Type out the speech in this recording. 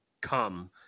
come